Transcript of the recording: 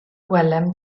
gwelem